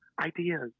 ideas